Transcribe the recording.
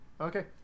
Okay